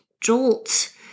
jolt